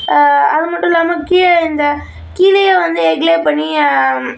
அது மட்டும் இல்லாம கீழே இந்த கீழேயே வந்து எக்லே பண்ணி